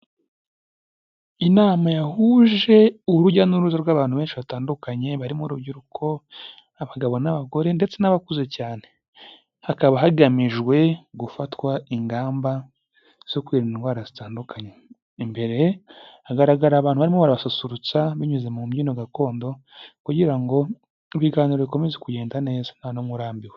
Inama yahuje urujya n'uruza rw'abantu benshi batandukanye, barimo urubyiruko abagabo n'abagore ndetse n'abakuze cyane, hakaba hagamijwe gufatwa ingamba zo kwirinda indwara zitandukanye, imbere hagaragara abantu barimo barabasusurutsa binyuze mu mbyino gakondo, kugira ngo ibiganiro bikomeze kugenda neza nta numwe urambiwe.